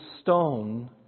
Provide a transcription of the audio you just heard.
stone